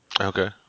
Okay